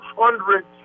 Hundred